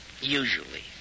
usually